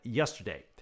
yesterday